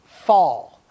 fall